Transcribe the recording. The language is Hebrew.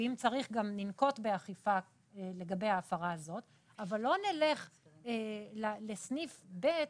ואם צריך - גם ננקוט באכיפה לגבי ההפרה הזאת אבל לא נלך לסניף ב'